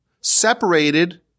separated